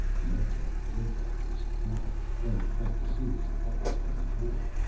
the meditech blinked at it in surprise, then pressed a series of buttons on his board.